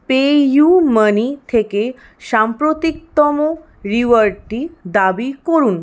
PayU money থেকে সাম্প্রতিকতম রিওয়ার্ডটি দাবি করুন